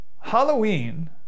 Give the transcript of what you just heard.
Halloween